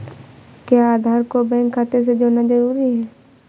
क्या आधार को बैंक खाते से जोड़ना जरूरी है?